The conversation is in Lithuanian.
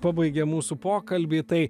pabaigė mūsų pokalbį tai